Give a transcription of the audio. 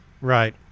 right